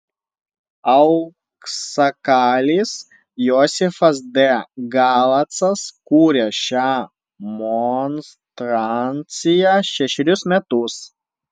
auksakalys josifas de galacas kūrė šią monstranciją šešerius metus